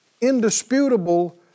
indisputable